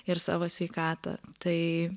ir savo sveikatą tai